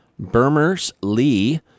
Bermers-Lee